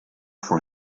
for